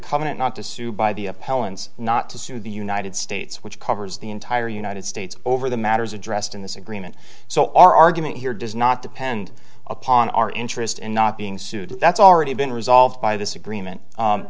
covenant not to sue by the appellants not to sue the united states which covers the entire united states over the matters addressed in this agreement so our argument here does not depend upon our interest in not being sued that's already been resolved by this agreement